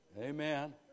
amen